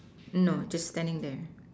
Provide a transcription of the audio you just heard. no just standing there